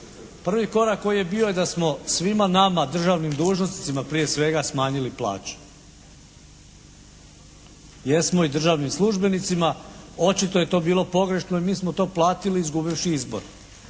Prvi korak koji je bio je da smo svima nama državnim dužnosnicima prije svega smanjili plaće. Jesmo i državnim službenicima, očito je to bilo i pogrešno i mi smo to platili izgubivši izbor.